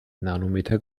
nanometer